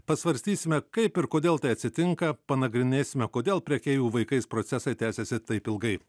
pasvarstysime kaip ir kodėl tai atsitinka panagrinėsime kodėl prekeivių vaikais procesai tęsiasi taip ilgai